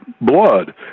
blood